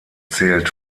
zählt